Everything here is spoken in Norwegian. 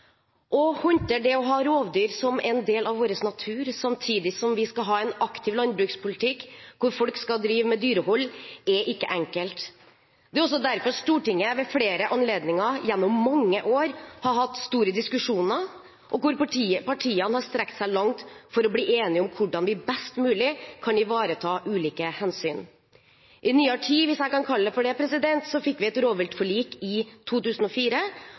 Å håndtere det å ha rovdyr som en del av vår natur samtidig som vi skal ha en aktiv landbrukspolitikk – at folk skal drive med dyrehold – er ikke enkelt. Det er derfor Stortinget ved flere anledninger og gjennom mange år har hatt store diskusjoner hvor partiene har strukket seg langt for å bli enige om hvordan en best mulig kan ivareta ulike hensyn. I nyere tid – hvis jeg kan kalle det det – fikk vi et rovviltforlik i 2004